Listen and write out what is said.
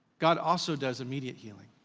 god also does immediate healing.